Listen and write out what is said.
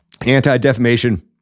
anti-defamation